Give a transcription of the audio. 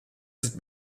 sind